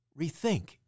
rethink